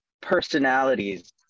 personalities